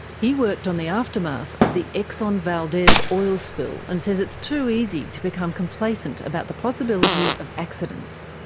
he worked on the aftermath of the exxon valdez oil spill, and says it's too easy to become complacent about the possibility of accidents.